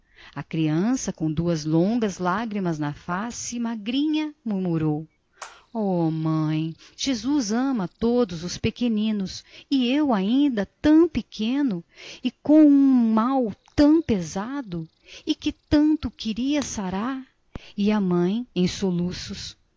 a criança com duas longas lágrimas na face magrinha murmurou oh mãe jesus ama todos os pequenos e eu ainda tão pequeno e com um mal tão pesado e que tanto queria sarar e a mãe em soluços